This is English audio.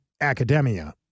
academia